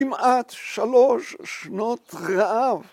‫כמעט שלוש שנות רעב.